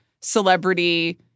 celebrity